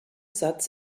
satz